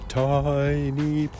tiny